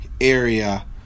area